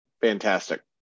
fantastic